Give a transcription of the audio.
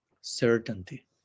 Certainty